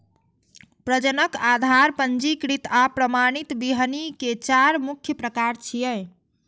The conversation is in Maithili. प्रजनक, आधार, पंजीकृत आ प्रमाणित बीहनि के चार मुख्य प्रकार छियै